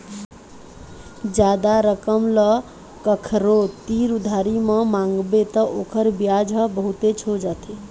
जादा रकम ल कखरो तीर उधारी म मांगबे त ओखर बियाज ह बहुतेच हो जाथे